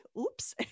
oops